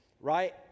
right